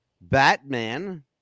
Batman